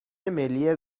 ملی